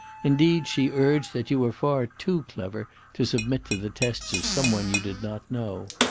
indeed, she urged that you were far too clever to submit to the tests of some one you did not know.